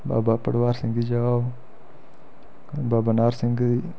बाबा भडबार सिंह दी जगह् ओह् बाबा नारसिंह दी